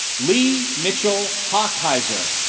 lee mitchell pakheizer